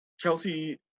Kelsey